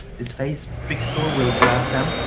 this facebook pixel ah will grab them,